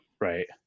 right